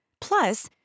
Plus